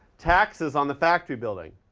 taxes on the factory building?